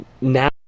now